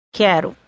Quero